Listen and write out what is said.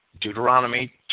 Deuteronomy